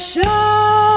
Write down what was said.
Show